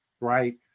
Right